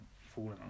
falling